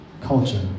culture